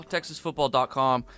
TexasFootball.com